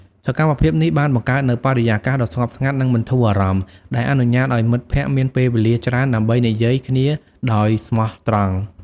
សកម្មភាពនេះបានបង្កើតនូវបរិយាកាសដ៏ស្ងប់ស្ងាត់និងបន្ធូរអារម្មណ៍ ដែលអនុញ្ញាតឱ្យមិត្តភក្តិមានពេលវេលាច្រើនដើម្បីនិយាយគ្នាដោយស្មោះត្រង់។